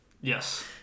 Yes